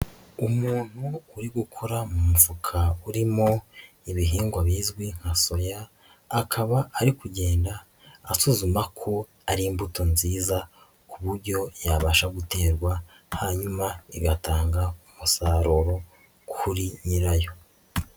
Umuntu uri gukora mu mufuka urimo ibihingwa bizwi nka soya, akaba ari kugenda asuzuma ko ari imbuto nziza, ku buryo yabasha guterwa hanyuma igatanga umusaruro kuri nyirayo.